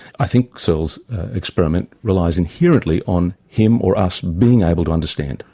i think searle's experiment relies inherently on him or us being able to understand.